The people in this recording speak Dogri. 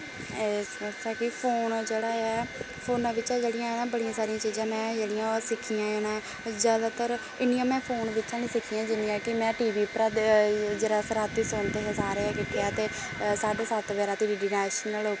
एह् स स कि फोन जेह्ड़ा ऐ फोना बिच्चा जेह्ड़ियां ना बड़ियां सारियां चीजां में जेह्ड़ियां ओह् सिक्खियां न जैदातर इन्नियां में फोन बिच्चा निं सिक्खियां जिन्नियां कि में टी वी परा जिल्लै अस राती सोंदे हे सारे किट्ठे ते साड्डे सत्त बजे राती डी डी नैशनल उप्पर